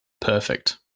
Perfect